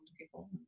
people